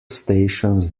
stations